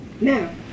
Now